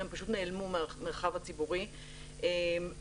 הם פשוט נעלמו מהמרחב הציבורי וממוחזרים